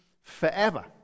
forever